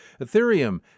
Ethereum